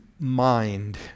mind